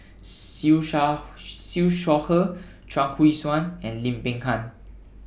Siew Shaw Siew Shaw Her Chuang Hui Tsuan and Lim Peng Han